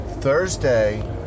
Thursday